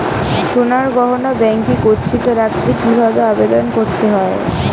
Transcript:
সোনার গহনা ব্যাংকে গচ্ছিত রাখতে কি ভাবে আবেদন করতে হয়?